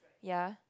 ya